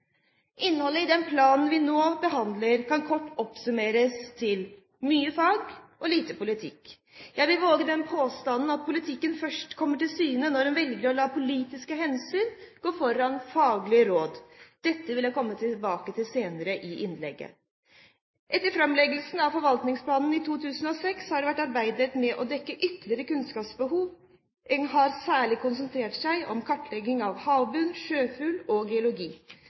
Innholdet i den planen vi nå behandler, kan kort oppsummeres til mye fag og lite politikk. Jeg vil våge den påstand at politikken først kommer til syne når en velger å la politiske hensyn gå foran faglige råd. Dette vil jeg komme tilbake til senere i innlegget. Etter framleggelsen av forvaltningsplanen i 2006 har det vært arbeidet med å dekke ytterligere kunnskapsbehov. En har særlig konsentrert seg om kartlegging av havbunn, sjøfugl og geologi.